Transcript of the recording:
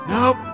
Nope